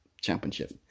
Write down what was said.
Championship